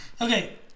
Okay